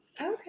okay